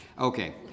Okay